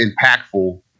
impactful